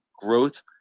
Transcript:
growth